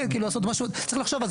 כן, צריך לחשוב על זה.